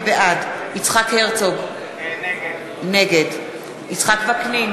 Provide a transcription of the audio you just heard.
בעד יצחק הרצוג, נגד יצחק וקנין,